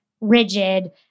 Rigid